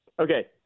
Okay